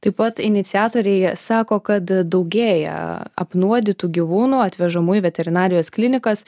taip pat iniciatoriai sako kad daugėja apnuodytų gyvūnų atvežamų į veterinarijos klinikas